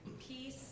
Peace